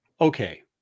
okay